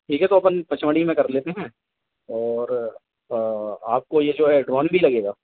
ठीक है तो अपन पचमढ़ी में कर लेते हैं और आपको यह जो है एड ऑन भी लगेगा